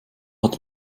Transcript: hat